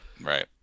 Right